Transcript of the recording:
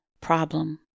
problem